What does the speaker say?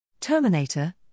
Terminator